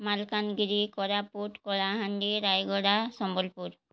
Malkangiri Koraput Kalahandi Rayagada Sambalpur